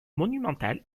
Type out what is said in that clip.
monumental